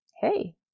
hey